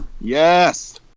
Yes